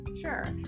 sure